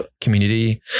community